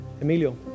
Emilio